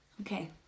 okay